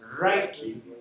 rightly